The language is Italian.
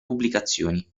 pubblicazioni